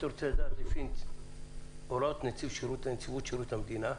לפי הוראות נציב שירות המדינה,